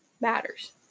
matters